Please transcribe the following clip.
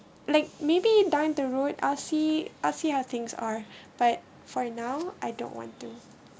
like maybe down the road I'll see I'll see how things are but for now I don't want to